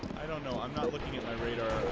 i know i'm not looking in my radar